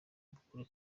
amakuru